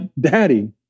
Daddy